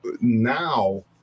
Now